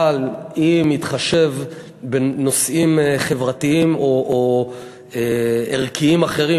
אבל אם צריך להתחשב בנושאים חברתיים או ערכיים אחרים,